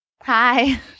Hi